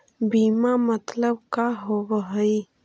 बीमा मतलब का होव हइ?